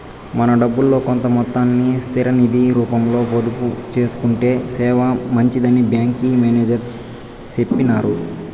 మన డబ్బుల్లో కొంత మొత్తాన్ని స్థిర నిది రూపంలో పొదుపు సేసుకొంటే సేనా మంచిదని బ్యాంకి మేనేజర్ సెప్పినారు